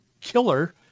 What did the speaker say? killer